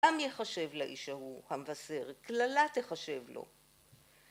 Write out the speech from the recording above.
גם יחשב לאיש ההוא המבקש, קללה תחשב לו